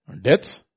Death